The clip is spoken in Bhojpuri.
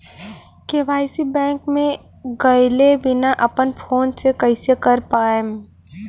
के.वाइ.सी बैंक मे गएले बिना अपना फोन से कइसे कर पाएम?